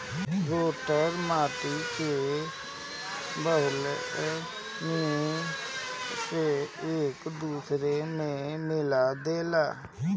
rotator माटी के खुबे नीमन से एक दूसर में मिला देवेला